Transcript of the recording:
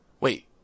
wait